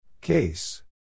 Case